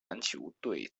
篮球队